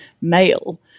male